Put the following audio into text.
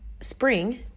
spring